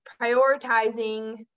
prioritizing